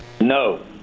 no